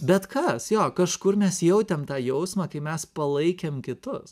bet kas jo kažkur mes jautėm tą jausmą kai mes palaikėm kitus